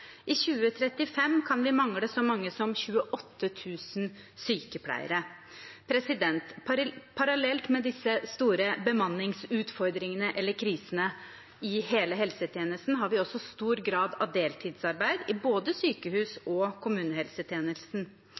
I 2035 kan vi mangle så mange som 28 000 sykepleiere. Parallelt med disse store bemanningsutfordringene, eller krisene, i hele helsetjenesten har vi også en stor grad av deltidsarbeid både i sykehus og i kommunehelsetjenesten.